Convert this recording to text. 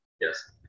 Yes